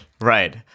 Right